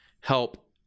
help